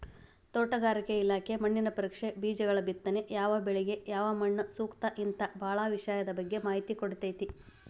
ತೋಟಗಾರಿಕೆ ಇಲಾಖೆ ಮಣ್ಣಿನ ಪರೇಕ್ಷೆ, ಬೇಜಗಳಬಿತ್ತನೆ ಯಾವಬೆಳಿಗ ಯಾವಮಣ್ಣುಸೂಕ್ತ ಹಿಂತಾ ಬಾಳ ವಿಷಯದ ಬಗ್ಗೆ ಮಾಹಿತಿ ಕೊಡ್ತೇತಿ